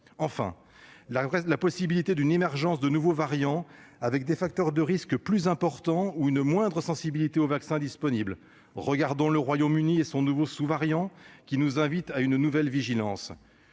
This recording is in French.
enfin la possibilité de l'émergence de nouveaux variants, avec des facteurs de risque plus importants ou une moindre sensibilité aux vaccins disponibles. À cet égard, le Royaume-Uni et son nouveau sous-variant nous invitent à la vigilance.